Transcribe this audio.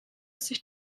sich